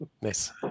Nice